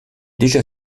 déjà